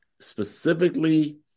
specifically